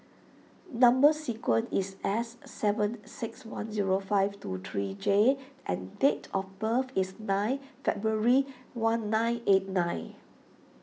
Number Sequence is S seven six one zero five two three J and date of birth is nine February one nine eight nine